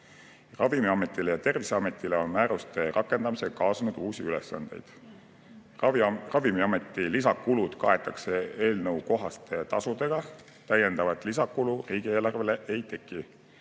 kaasne. Ravimiametile ja Terviseametile on määruste rakendamisega kaasnenud uusi ülesandeid. Ravimiameti lisakulud kaetakse eelnõukohaste tasudega. Täiendavat lisakulu riigieelarvele ei teki.